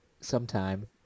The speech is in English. sometime